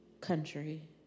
country